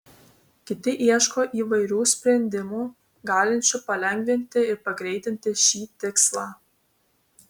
kiti ieško įvairių sprendimų galinčių palengvinti ir pagreitinti šį tikslą